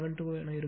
72 இருக்கும்